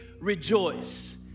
rejoice